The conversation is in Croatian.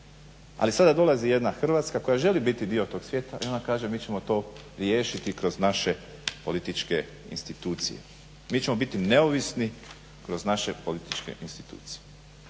Ali sada dolazi jedna Hrvatska koja želi biti dio tog svijeta i ona kaže mi ćemo to riješiti kroz naše političke institucije, mi ćemo biti neovisni kroz naše političke institucije.